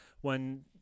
when-